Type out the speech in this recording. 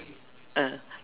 ah